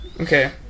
Okay